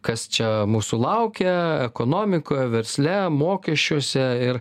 kas čia mūsų laukia ekonomikoje versle mokesčiuose ir